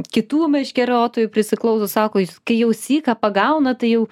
kitų meškeriotojų prisiklauso sako jis kai jau syką pagauna tai jau